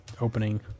opening